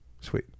Sweet